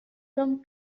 tom